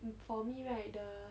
mm for me right the